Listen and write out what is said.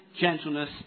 gentleness